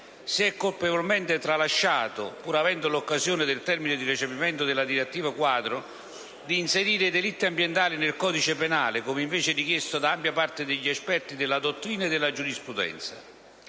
si è colpevolmente tralasciato - pur avendo l'occasione del termine di recepimento della direttiva quadro - di inserire i delitti ambientali nel codice penale, come invece richiesto da ampia parte degli esperti, della dottrina e della giurisprudenza.